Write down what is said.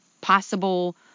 possible